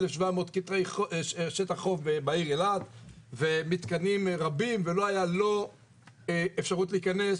1700 שטח חוף בעיר אילת ומתקנים רבים ולא היה לא אפשרות להיכנס,